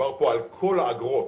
מדובר כאן על כל האגרות.